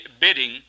bidding